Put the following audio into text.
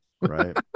Right